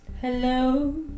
Hello